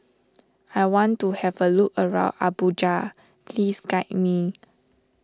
I want to have a look around Abuja please guide me